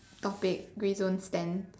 topic grey zone stand